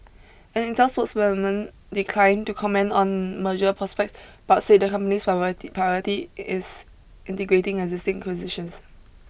an Intel spokeswoman declined to comment on merger prospect but said the company's priority is integrating existing acquisitions